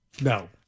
No